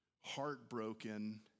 heartbroken